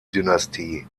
dynastie